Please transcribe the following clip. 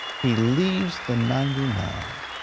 he leaves the ninety nine.